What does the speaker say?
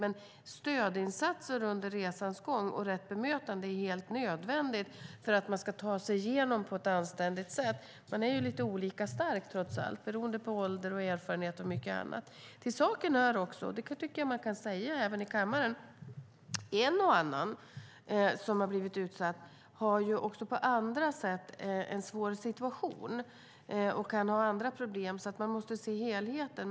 Men stödinsatser under resans gång och rätt bemötande är helt nödvändigt för att man ska ta sig genom på ett anständigt sätt. Man är trots allt olika stark, beroende på ålder, erfarenhet och mycket annat. Till saken hör, och det tycker jag att man kan säga även i kammaren, att en och annan som har blivit utsatt har även på andra sätt en svår situation och kan ha andra problem. Man måste därför se helheten.